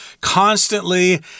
constantly